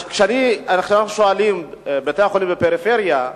אנחנו שואלים: בתי-החולים בפריפריה,